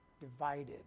divided